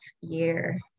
year